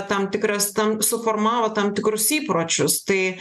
tam tikras tam suformavo tam tikrus įpročius tai